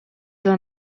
dla